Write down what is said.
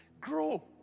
Grow